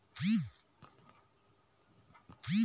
সরকার থেকে নিতেছে এমন ধরণের একটি ট্যাক্স